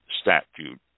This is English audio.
statute